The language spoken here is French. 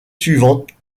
suivantes